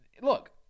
look